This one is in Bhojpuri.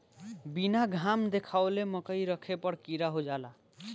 बीना घाम देखावले मकई रखे पर कीड़ा हो जाला